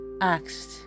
asked